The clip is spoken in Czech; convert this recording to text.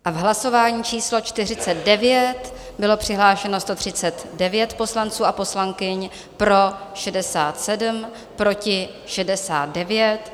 V hlasování číslo 49 bylo přihlášeno 139 poslanců a poslankyň, pro 67, proti 69.